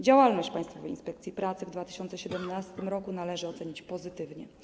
Działalność Państwowej Inspekcji Pracy w 2017 r. należy ocenić pozytywnie.